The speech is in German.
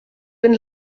bin